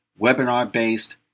webinar-based